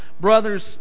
brothers